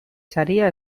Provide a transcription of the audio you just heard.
saria